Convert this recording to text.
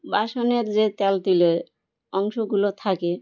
বাসনের যে তেলতেলে অংশগুলো থাকে